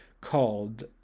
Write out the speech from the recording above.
called